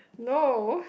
no